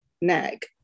Nag